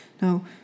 Now